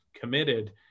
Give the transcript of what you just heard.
committed